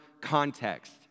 context